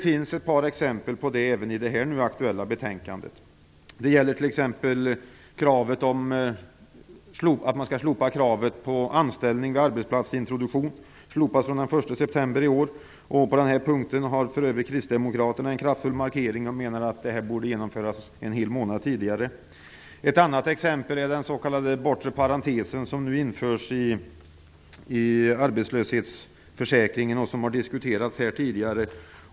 Även i det nu aktuella betänkandet finns ett par exempel på det. Kravet på anställning vid arbetsplatsintroduktion slopas t.ex. den 1 september i år. På denna punkt gör för övrigt kristdemokraterna en kraftig markering och menar att det borde genomföras en hel månad tidigare. Ett annat exempel är den s.k. bortre parentes som nu införs i arbetslöshetsförsäkringen. Den har diskuterats här tidigare.